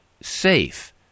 safe